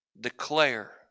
Declare